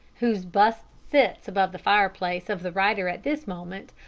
whose bust sits above the fireplace of the writer at this moment,